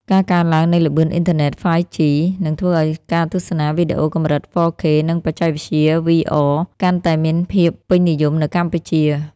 ការកើនឡើងនៃល្បឿនអ៊ីនធឺណិត 5G នឹងធ្វើឱ្យការទស្សនាវីដេអូកម្រិត 4K និងបច្ចេកវិទ្យា VR កាន់តែមានភាពពេញនិយមនៅកម្ពុជា។